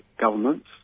governments